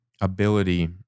ability